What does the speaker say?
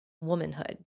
womanhood